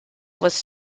was